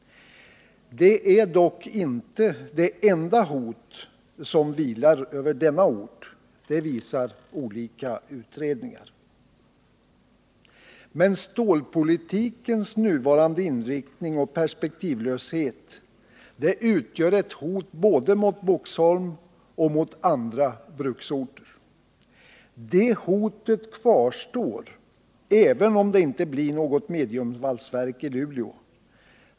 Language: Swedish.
Det är dock inte det enda hot som vilar över denna ort, det visar olika utredningar. Stålpolitikens nuvarande inriktning och perspektivlöshet utgör ett hot mot både Boxholm och andra bruksorter. Det hotet kvarstår även om det inte blir något mediumvalsverk i Luleå.